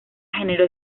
generó